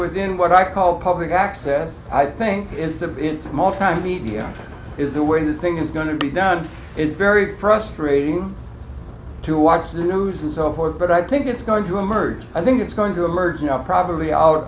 within what i call public access i think it's a multimedia is the way the thing is going to be done is very frustrating to watch the news and so forth but i think it's going to emerge i think it's going to emerge you know probably out